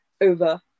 over